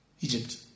Egypt